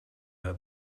her